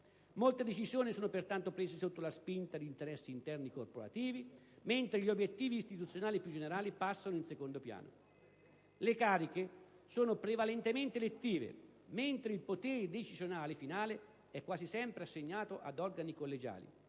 Molte decisioni sono pertanto prese sotto la spinta di interessi interni corporativi, mentre gli obiettivi istituzionali più generali passano in secondo piano. Le cariche sono prevalentemente elettive, mentre il potere decisionale finale è quasi sempre assegnato ad organi collegiali,